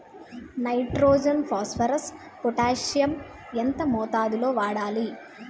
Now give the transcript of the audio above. Nitrogen phosphorus potassium ఎంత మోతాదు లో వాడాలి?